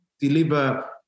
deliver